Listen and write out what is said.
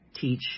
teach